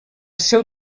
seu